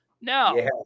No